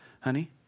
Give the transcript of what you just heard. honey